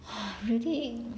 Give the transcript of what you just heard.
!wah! really